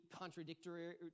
contradictory